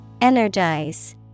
Energize